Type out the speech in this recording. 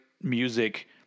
music